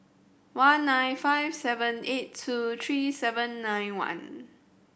one nine five seven eight two three seven nine one